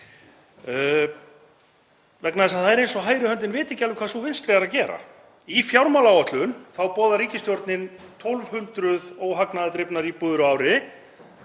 vegna þess að það er eins og hægri höndin viti ekki alveg hvað sú vinstri er að gera. Í fjármálaáætlun boðar ríkisstjórnin 1.200 óhagnaðardrifnar íbúðir á ári